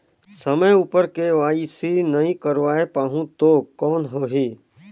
समय उपर के.वाई.सी नइ करवाय पाहुं तो कौन होही?